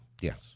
Yes